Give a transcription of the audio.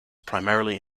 primarily